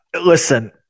Listen